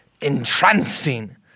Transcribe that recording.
entrancing